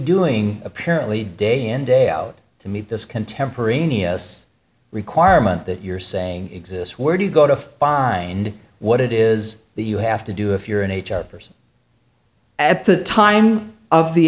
doing apparently day in day out to meet this contemporaneous requirement that you're saying exists where do you go to find what it is that you have to do if you're an h r person at the time of the